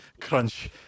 crunch